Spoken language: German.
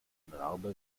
narbe